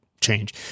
change